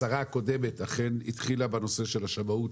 השרה הקודמת התחילה לעסוק בנושא של השמאות,